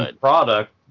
product